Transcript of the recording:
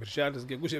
birželis gegužė